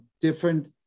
different